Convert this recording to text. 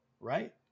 right